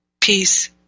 Peace